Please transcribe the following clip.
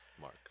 Mark